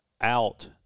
Out